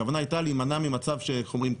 הכוונה הייתה להימנע ממצב שאיך אומרים,